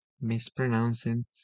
mispronouncing